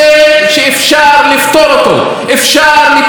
אפשר לטפל בכנופיות הפשע,